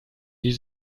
die